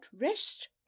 rest